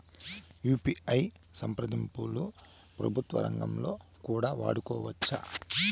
UPI సంప్రదింపులు ప్రభుత్వ రంగంలో కూడా వాడుకోవచ్చా?